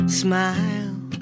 smile